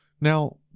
Now